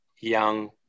young